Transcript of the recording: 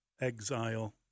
exile